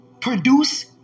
produce